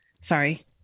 sorry